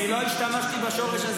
אני לא השתמשתי בשורש הזה.